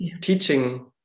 teaching